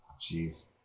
Jeez